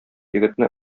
егетне